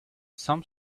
some